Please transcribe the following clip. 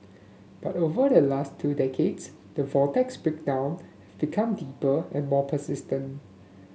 but over the last two decades the vortex's breakdown become deeper and more persistent